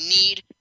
need